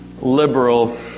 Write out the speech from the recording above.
liberal